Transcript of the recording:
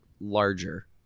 larger